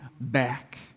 back